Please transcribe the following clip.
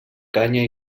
canya